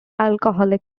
alcoholic